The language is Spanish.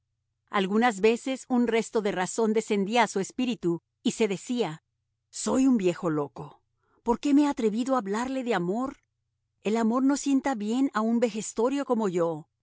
algunas veces un resto de razón descendía a su espíritu y se decía soy un viejo loco por qué me he atrevido a hablarle de amor el amor no sienta bien a un vejestorio como yo